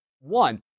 One